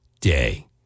Day